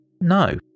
No